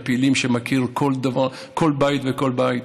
מהפעילים שמכירים כל בית ובית,